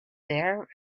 there